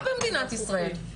בישראל.